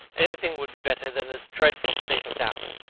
anything would be better than this dreadful state of doubt.